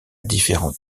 différents